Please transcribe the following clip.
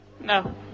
no